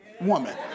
woman